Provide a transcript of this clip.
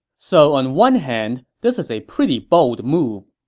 so on one hand, this is a pretty bold move.